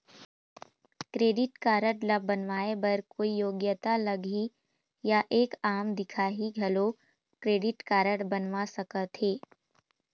Credit card ला बनवाए बर कोई योग्यता लगही या एक आम दिखाही घलो क्रेडिट कारड बनवा सका थे?